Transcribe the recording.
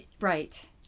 Right